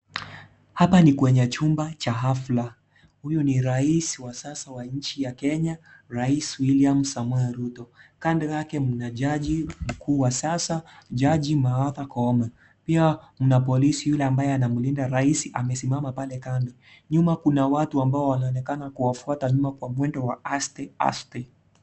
Hapa ni kwenye chumba cha hafla. Huyu ni raisi wa sasa wa inchi ya Kenya, raisi William Samoei Ruto. Kando lake mna judge mkuu wa sasa judge Martha Koome. Pia mna polisi yule ambaye anamlinda raisi amesimama pale kando. Nyuma kuna watu ambao wanaonekana kuwafuata nyuma kwa mwendo wa aste aste.